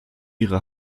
ihre